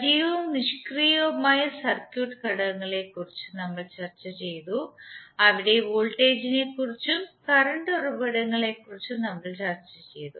സജീവവും നിഷ്ക്രിയവുമായ സർക്യൂട്ട് ഘടകങ്ങളെക്കുറിച്ച് നമ്മൾ ചർച്ചചെയ്തു അവിടെ വോൾട്ടേജിനെക്കുറിച്ചും കറണ്ട് ഉറവിടങ്ങളെക്കുറിച്ചും നമ്മൾ ചർച്ച ചെയ്തു